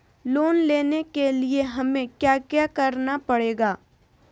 Loan लेने के लिए हमें क्या क्या करना पड़ेगा?